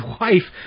wife